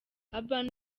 urban